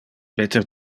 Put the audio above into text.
peter